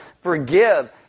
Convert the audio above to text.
forgive